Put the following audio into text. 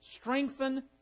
strengthen